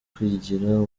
kwigira